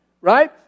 Right